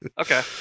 okay